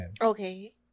Okay